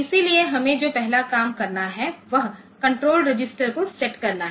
इसलिए हमें जो पहला काम करना है वह कंट्रोल रजिस्टर को सेट करना है